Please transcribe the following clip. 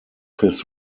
his